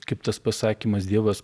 kaip tas pasakymas dievas